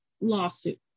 lawsuit